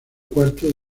cuarto